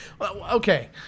Okay